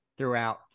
throughout